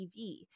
TV